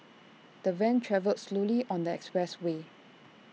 the van travelled slowly on the express way